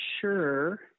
sure